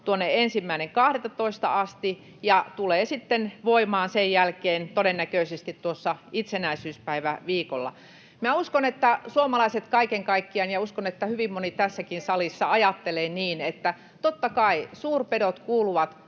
lausunnoilla 1.12. asti ja tulee sitten voimaan sen jälkeen todennäköisesti tuossa itsenäisyyspäivän viikolla. Minä uskon, että suomalaiset kaiken kaikkiaan — ja uskon, että hyvin moni tässäkin salissa — ajattelevat niin, että totta kai suurpedot kuuluvat